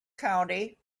county